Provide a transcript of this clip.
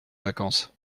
vacances